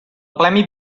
premi